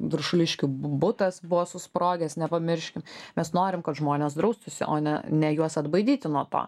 viršuliškių bu butas buvo susprogęs nepamirškim mes norim kad žmonės draustųsi o ne ne juos atbaidyti nuo to